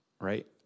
right